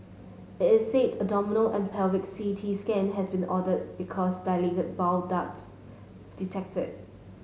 it said abdominal and pelvic C T scan had been ordered because dilated bile ducts detected